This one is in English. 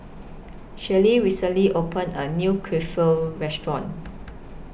Shelli recently opened A New Restaurant